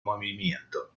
movimiento